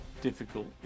difficult